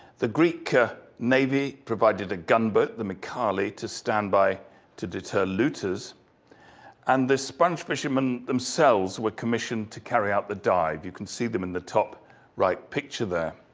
the greek navy provided a gunboat, the mykali, to stand by to deter looters and the sponge fishermen themselves were commissioned to carry out the dive. you can see them in the top right picture there.